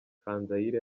kanzayire